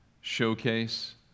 showcase